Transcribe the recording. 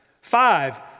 Five